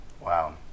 Wow